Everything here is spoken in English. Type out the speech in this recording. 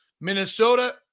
Minnesota